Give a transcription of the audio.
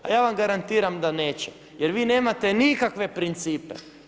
A ja vam garantiram da neće, jer vi nemate nikakve principe.